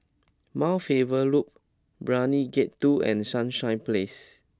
Mount Faber Loop Brani Gate two and Sunshine Place